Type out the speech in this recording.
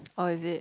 oh it is